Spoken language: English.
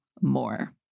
more